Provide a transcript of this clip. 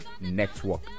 Network